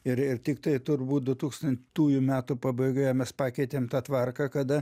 ir ir tiktai turbūt du tūkstantųjų metų pabaigoje mes pakeitėm tą tvarką kada